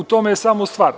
U tome je samo stvar.